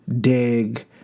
dig